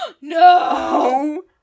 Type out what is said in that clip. No